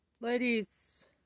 Ladies